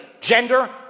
gender